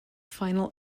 final